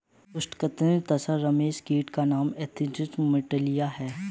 उष्णकटिबंधीय तसर रेशम कीट का नाम एन्थीरिया माइलिट्टा है